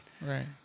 right